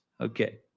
Okay